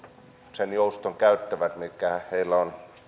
sen jouston käyttävät mihin heillä on